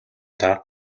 даа